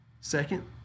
Second